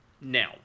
Now